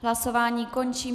Hlasování končím.